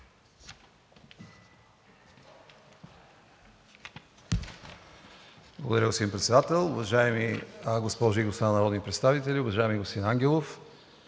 Благодаря, господин Председател. Уважаеми госпожи и господа народни представители! Уважаеми господин Ангелов,